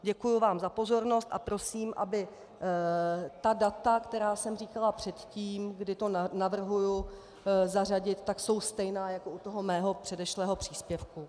Děkuji vám za pozornost a prosím, aby ta data, která jsem říkala předtím, kdy to navrhuji zařadit, tak jsou stejná jako u toho mého předešlého příspěvku.